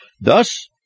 Thus